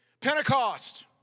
Pentecost